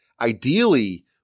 ideally